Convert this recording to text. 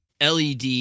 LED